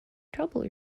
trouble